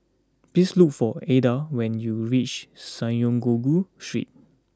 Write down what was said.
please look for Adda when you reach Synagogue Street